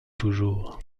toujours